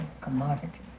commodity